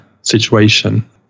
situation